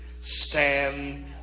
stand